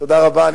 תודה רבה.